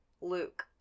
Luke